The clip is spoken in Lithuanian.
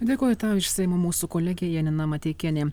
dėkoju tau iš seimo mūsų kolegė janina mateikienė